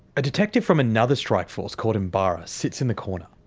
a detective from another strike force called imbara sits in the corner.